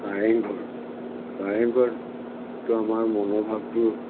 কাৰেংঘৰ কাৰেংঘৰটো আমাৰ মনৰ ভাৱটোৰ